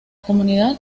comunidad